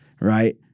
right